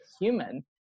human